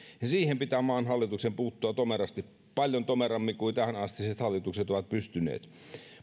niin siihen pitää maan hallituksen puuttua tomerasti paljon tomerammin kuin tähänastiset hallitukset ovat pystyneet